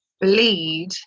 bleed